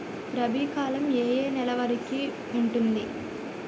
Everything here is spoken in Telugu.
రబీ కాలం ఏ ఏ నెల వరికి ఉంటుంది?